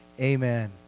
amen